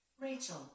Rachel